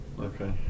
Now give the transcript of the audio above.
Okay